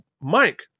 Mike